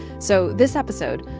so this episode,